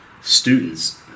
students